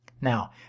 Now